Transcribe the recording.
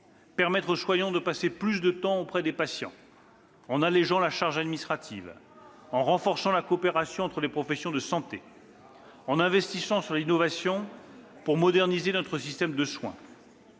permettre aux soignants de passer plus de temps auprès des patients, en allégeant la charge administrative, en renforçant la coopération entre les professions de santé et en investissant dans l'innovation pour moderniser notre système de soins.